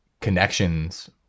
connections